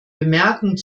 bemerkung